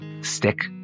Stick